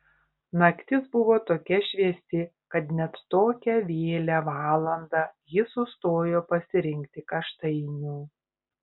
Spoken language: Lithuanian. naktis buvo tokia šviesi kad net tokią vėlią valandą ji sustojo pasirinkti kaštainių